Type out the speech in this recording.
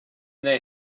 they